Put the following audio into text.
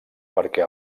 perquè